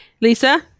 Lisa